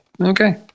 okay